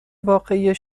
واقعی